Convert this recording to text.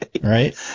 Right